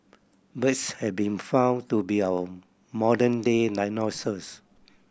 birds have been found to be our modern day dinosaurs